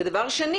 שנית,